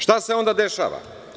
Šta se onda dešava?